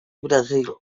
brasil